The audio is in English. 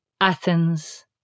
Athens